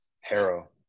Harrow